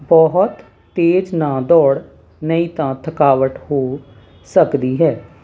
ਬਹੁਤ ਤੇਜ਼ ਨਾ ਦੋੜ ਨਹੀਂ ਤਾਂ ਥਕਾਵਟ ਹੋ ਸਕਦੀ ਹੈ